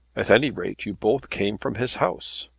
at any rate you both came from his house.